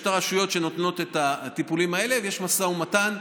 יש את הרשויות שנותנות את הטיפולים האלה ויש משא ומתן.